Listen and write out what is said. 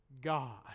God